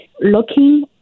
looking